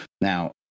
Now